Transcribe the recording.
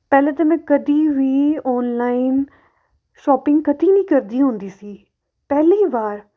ਪਹਿਲਾਂ ਤਾਂ ਮੈਂ ਕਦੇ ਵੀ ਔਨਲਾਈਨ ਸ਼ੌਪਿੰਗ ਕਦੇ ਨਹੀਂ ਕਰਦੀ ਹੁੰਦੀ ਸੀ ਪਹਿਲੀ ਵਾਰ